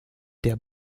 der